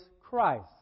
Christ